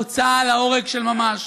הוצאה להורג של ממש.